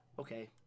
Okay